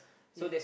yes